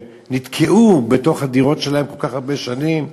שנתקעו בתוך הדירות שלהן כל כך הרבה שנים,